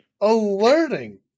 alerting